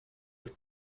have